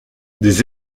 des